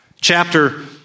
chapter